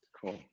Cool